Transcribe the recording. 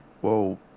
Whoa